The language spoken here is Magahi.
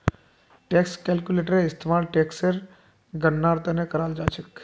टैक्स कैलक्यूलेटर इस्तेमाल टेक्सेर गणनार त न कराल जा छेक